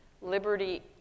Liberty